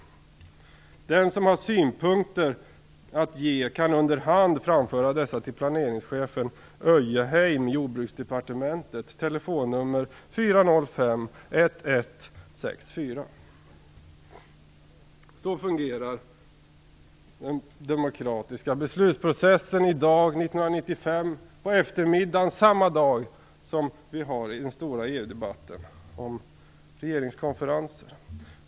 Den som har synpunkter att ge kan under hand framföra dessa till planeringschefen Öjeheim, Jordbruksdepartementet, tel. 405 11 64." Så fungerar den demokratiska beslutsprocessen i dag, 1996, på eftermiddagen samma dag som vi har den stora EU-debatten om regeringskonferensen.